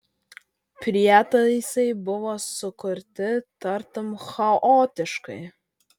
prietaisai buvo sukurti tartum chaotiškai